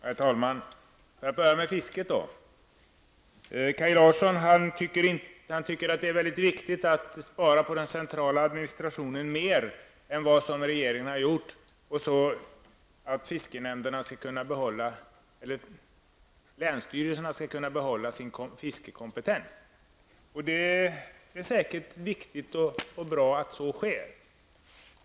Herr talman! Får jag börja med fisket. Kaj Larsson tycker att det är väldigt viktigt att spara på den centrala administrationen mer än vad regeringen har föreslagit samt att länsstyrelserna skall kunna behålla sin fiskekompetens. Det är säkert viktigt och bra att så sker.